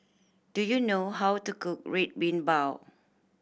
do you know how to cook Red Bean Bao